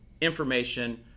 information